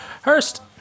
Hurst